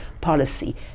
policy